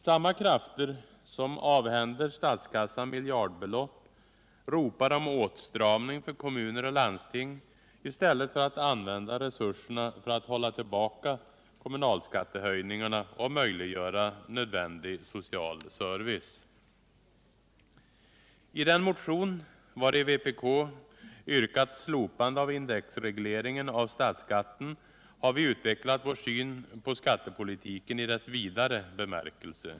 Samma krafter som avhänder statskassan miljardbelopp ropar på åstramning för kommuner och landsting i stället för att använda resurserna för att hålla tillbaka kommunalskattehöjningarna och möjliggöra nödvändig social service. I den motion vari vpk yrkat slopande av indexregleringen av statsskatten har vi utvecklat vår syn på skattepolitiken i dess vidare bemärkelse.